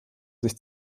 sich